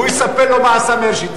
הוא יספר לו מה עשה שרון.